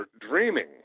dreaming